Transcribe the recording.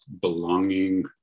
belonging